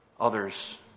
others